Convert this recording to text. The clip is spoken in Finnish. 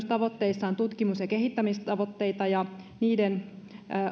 tavoitteissaan myös tutkimus ja kehittämistavoitteita ja niiden